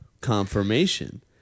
confirmation